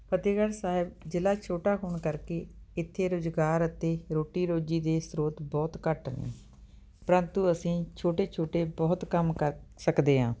ਫਤਿਹਗੜ੍ਹ ਸਾਹਿਬ ਜ਼ਿਲ੍ਹਾ ਛੋਟਾ ਹੋਣ ਕਰਕੇ ਇੱਥੇ ਰੋਜ਼ਗਾਰ ਅਤੇ ਰੋਟੀ ਰੋਜ਼ੀ ਦੇ ਸਰੋਤ ਬਹੁਤ ਘੱਟ ਨੇ ਪ੍ਰੰਤੂ ਅਸੀਂ ਛੋਟੇ ਛੋਟੇ ਬਹੁਤ ਕੰਮ ਕਰ ਸਕਦੇ ਹਾਂ